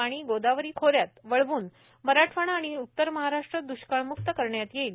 पाणी गोदावरी खोऱ्यात वळवून मराठवाडा आणि उत्तर महाराष्ट्र दुष्काळमुक्त करण्यात येईल